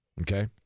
Okay